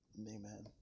Amen